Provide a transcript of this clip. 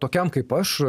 tokiam kaip aš